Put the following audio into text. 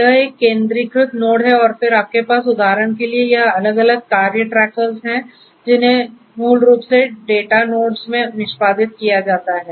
यह एक केंद्रीकृत नोड है और फिर आपके पास उदाहरण के लिए यह अलग अलग कार्य ट्रैकर्स हैं जिन्हें मूल रूप से डेटा नोड्स में निष्पादित किया जाता है